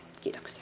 kiitos